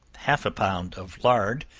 half a pound of lard,